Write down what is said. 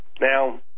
Now